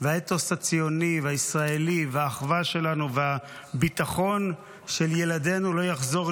והאתוס הציוני והישראלי והאחווה שלנו והביטחון של ילדינו לא יחזרו